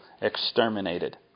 exterminated